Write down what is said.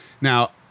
Now